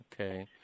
Okay